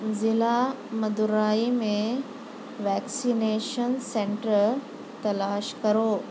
ضلع مدورائی میں vaccination centre تلاش کرو